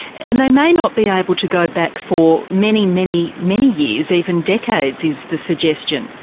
and they may not be able to go back for many, many, many years even decades is the suggestion?